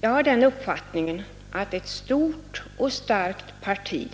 Jag har den uppfattningen att ett stort och starkt parti